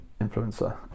influencer